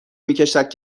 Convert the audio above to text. میکشد